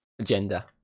agenda